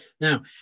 Now